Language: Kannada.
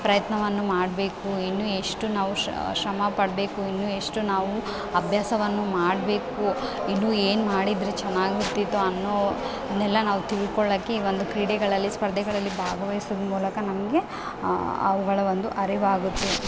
ಪ್ರಯತ್ನವನ್ನು ಮಾಡಬೇಕು ಇನ್ನು ಎಷ್ಟು ನಾವು ಶ್ರಮ ಪಡಬೇಕು ಇನ್ನು ಎಷ್ಟು ನಾವು ಅಭ್ಯಾಸವನ್ನು ಮಾಡಬೇಕು ಇನ್ನೂ ಏನು ಮಾಡಿದ್ರೆ ಚೆನ್ನಾಗಿರ್ತಿತ್ತು ಅನ್ನೋದನ್ನೆಲ್ಲ ನಾವು ತಿಳ್ಕೊಳ್ಳೋಕ್ಕೆ ಈ ಒಂದು ಕ್ರೀಡೆಗಳಲ್ಲಿ ಸ್ಪರ್ಧೆಗಳಲ್ಲಿ ಭಾಗವಹಿಸುದ್ ಮೂಲಕ ನಮಗೆ ಅವುಗಳ ಒಂದು ಅರಿವಾಗುತ್ತೆ